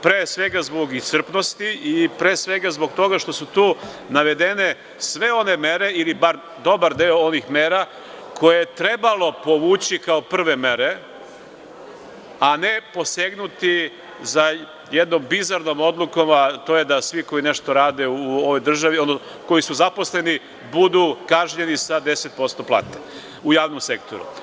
Pre svega zbog iscrpenosti i pre svega zbog toga što su tu navedene sve one mere ili bar dobar deo ovih mera koje je trebalo povući kao prve mere, a ne posegnuti za jednom bizarnom odlukom, a to je da svi koji nešto rade u ovoj državi, odnosno koji su zaposleni budu kažnjeni sa 10% plate u javnom sektoru.